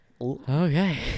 okay